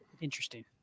Interesting